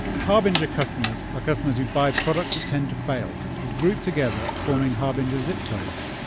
harbinger customers are customers who buy products that tend to fail. they group together, forming harbinger zip codes.